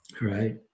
right